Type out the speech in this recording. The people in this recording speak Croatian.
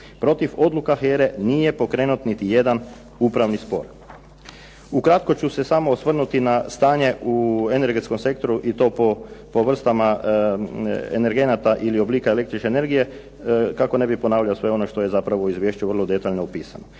Protiv odluka HERA-e nije pokrenut niti jedan upravni spor. Ukratko ću se samo osvrnuti na stanje u energetskom sektoru i to po vrstama energenata ili oblika električne energije kako ne bi ponavljao sve ono što je u izvješću zapravo vrlo detaljno opisano.